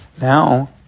Now